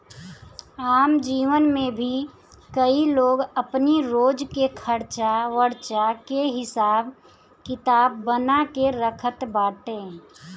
आम जीवन में भी कई लोग अपनी रोज के खर्च वर्च के हिसाब किताब बना के रखत बाटे